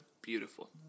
Beautiful